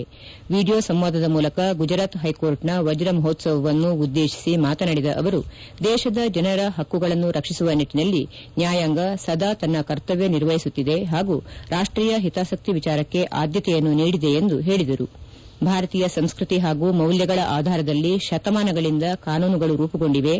video ಸಂವಾದದ ಮೂಲಕ ಗುಜರಾತ್ ಪೈಕೋರ್ಟ್ನ ವಜ್ರ ಮಹೋತ್ಸವವನ್ನು ಉದ್ದೇಶಿಸಿ ಮಾತನಾಡಿದ ಅವರು ದೇಶದ ಜನರ ಪಕ್ಕುಗಳನ್ನು ರಕ್ಷಿಸುವ ನಿಟ್ಟನಲ್ಲಿ ನ್ಯಾಯಾಂಗ ಸದಾ ತನ್ನ ಕರ್ತವ್ದ ನಿರ್ವಒಸುತ್ತಿದೆ ಹಾಗೂ ರಾಷ್ಟೀಯ ಹಿತಾಸಕ್ತಿ ವಿಚಾರಕ್ಷೆ ಆದ್ಯತೆಯನ್ನು ನೀಡಿದೆ ಎಂದು ಹೇಳಿದರುಭಾರತೀಯ ಸಂಸ್ಕತಿ ಹಾಗೂ ಮೌಲ್ಲಗಳ ಆಧಾರದಲ್ಲಿ ಶತಮಾನಗಳಿಂದ ಕಾನೂನುಗಳು ರೂಮಗೊಂಡಿವೆ